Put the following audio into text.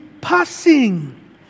passing